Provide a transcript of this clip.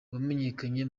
wamenyekanye